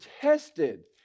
tested